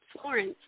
Florence